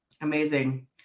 Amazing